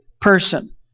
person